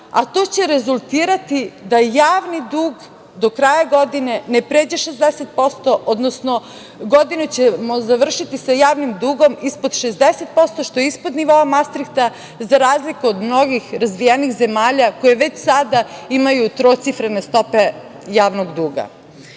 a to će rezultirati da javni dug do kraja godine ne pređe 60%, odnosno godinu ćemo završiti sa javnim dugom ispod 60%, što je ispod nivoa Mastrikta za razliku od mnogih razvijenih zemalja koje već sada imaju trocifrene stope javnog duga. Molim